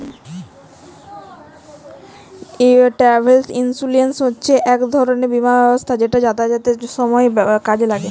travel insurance হছে ইক রকমের বীমা ব্যবস্থা যেট যাতায়াতের সময় কাজে ল্যাগে